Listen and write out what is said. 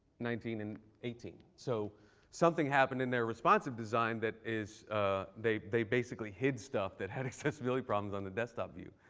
nineteen and eighteen. so something happened in their responsive design that is they they basically hid stuff that had accessibility problems on the desktop view.